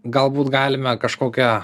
galbūt galime kažkokią